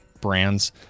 brands